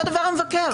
ואותו דבר המבקר.